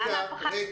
למה אף אחד ---?